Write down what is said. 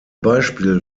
beispiel